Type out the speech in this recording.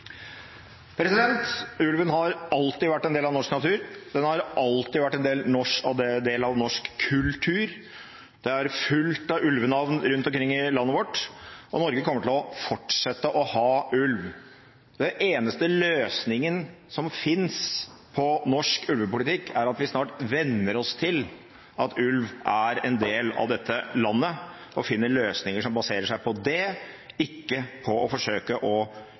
Ulven har alltid vært en del av norsk natur, den har alltid vært en del av norsk kultur. Det er fullt av ulvenavn rundt omkring i landet vårt, og Norge kommer til å fortsette å ha ulv. Den eneste løsningen som finnes på norsk ulvepolitikk, er at vi snart venner oss til at ulv er en del av dette landet, og finner løsninger som baserer seg på det, ikke på å forsøke å